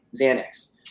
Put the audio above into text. Xanax